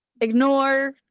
Ignore